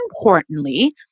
importantly